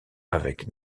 avec